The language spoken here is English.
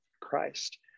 Christ